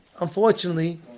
Unfortunately